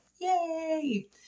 Yay